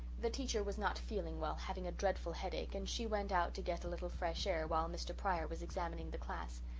the teacher was not feeling well, having a dreadful headache, and she went out to get a little fresh air while mr. pryor was examining the class.